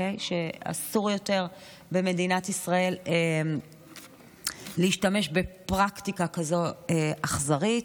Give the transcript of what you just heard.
שאסור יותר במדינת ישראל להשתמש בפרקטיקה כזו אכזרית.